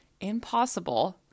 impossible